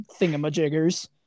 thingamajiggers